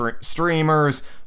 streamers